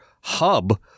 hub